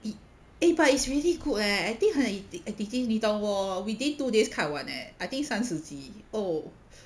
B~ eh but it's really good eh I think 很 ad~ addicting 你懂我 within two days 看完 leh I think 三十集 oh